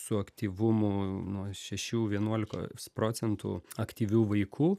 su aktyvumu nuo šešių vienuolikos procentų aktyvių vaikų